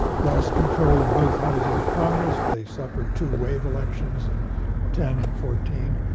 lost control of both houses of congress. they suffered two wave elections in ten and fourteen.